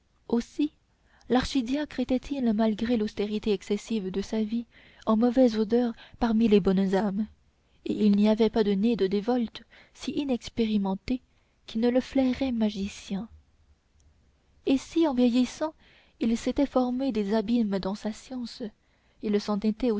aussi l'archidiacre était-il malgré l'austérité excessive de sa vie en mauvaise odeur parmi les bonnes âmes et il n'y avait pas nez de dévote si inexpérimentée qui ne le flairât magicien et si en vieillissant il s'était formé des abîmes dans sa science il s'en